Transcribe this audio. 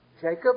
Jacob